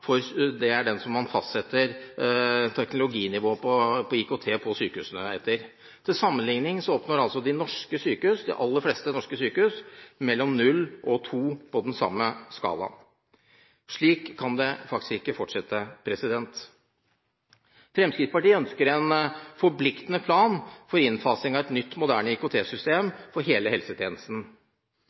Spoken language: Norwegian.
Det er den man fastsetter teknologinivå på IKT i sykehusene etter. Til sammenligning oppnår de fleste norske sykehus mellom 0 og 2 på den samme skalaen. Slik kan det faktisk ikke fortsette. Fremskrittspartiet ønsker en forpliktende plan for innfasing av et nytt og moderne IKT-system for hele helsetjenesten.